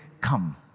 come